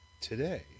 today